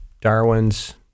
Darwin's